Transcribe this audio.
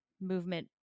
movement